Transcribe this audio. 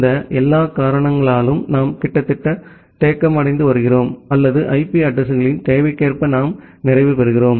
இந்த எல்லா காரணங்களாலும் நாம் கிட்டத்தட்ட தேக்கமடைந்து வருகிறோம் அல்லது ஐபி அட்ரஸிங்களின் தேவைக்கேற்ப நாம் நிறைவு பெறுகிறோம்